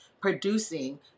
producing